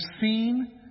seen